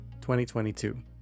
2022